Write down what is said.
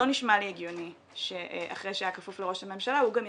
כפי שכולכם יודעים